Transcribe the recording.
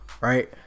right